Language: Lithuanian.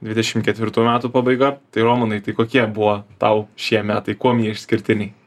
dvidešim ketvirtų metų pabaiga tai romanai tai kokie buvo tau šie metai kuom jie išskirtiniai